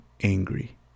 angry